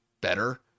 better